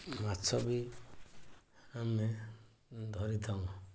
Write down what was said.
ମାଛବି ଆମେ ଧରିଥାଉ